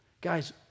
Guys